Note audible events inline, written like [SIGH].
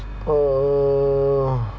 uh [BREATH]